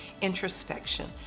introspection